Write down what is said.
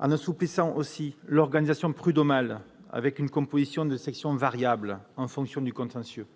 un assouplissement de l'organisation prud'homale, avec une composition des sections variable, en fonction du contentieux ;